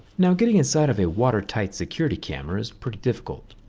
now, getting inside of a water-tight security camera is pretty difficult.